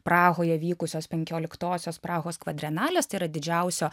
prahoje vykusios penkioliktosios prahos kvadrenalės tai yra didžiausio